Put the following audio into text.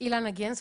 שמי אילנה גנס,